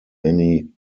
many